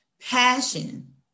passion